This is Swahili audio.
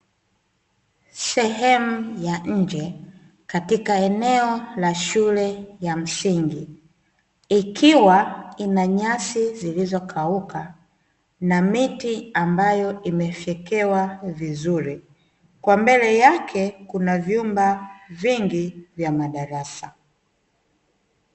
Sehemu ya nje katika eneo la shule ya msingi ikiwa ina nyasi zilizokauka na miti ambayo imefyekewa vizuri, kwa mbele yake kuna vyumba vingi vya madarasa.